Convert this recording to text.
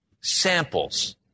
samples